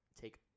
take